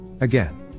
again